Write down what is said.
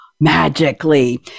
magically